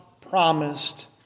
promised